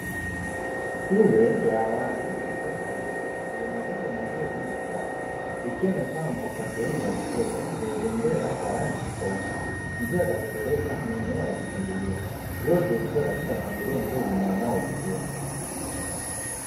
Shule ya awali ya watoto wadogo yenye majengo mazuri na safi, ikiwa imepambwa kwa sehemu za michezo zenye bembea za rangi tofauti, njia za kuteleza na eneo la kukimbilia vyote vikiwa katika mpangilio mzuri na unaovutia.